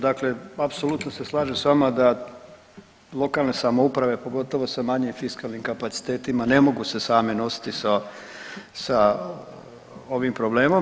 Dakle, apsolutno se slažem s vama da lokalne samouprave pogotovo sa manjim fiskalnim kapacitetima ne mogu se same nositi sa ovim problemom.